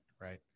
Right